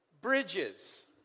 Bridges